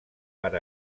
per